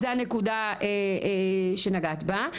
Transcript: זה הנקודה שנגעת בה,